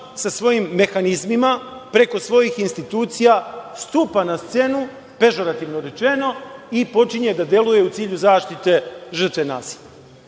sa svojim mehanizmima, preko svojih institucija, stupa na scenu, pežorativno rečeno, i počinje da deluje u cilju zaštite žrtve